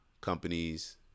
companies